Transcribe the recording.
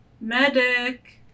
Medic